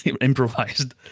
improvised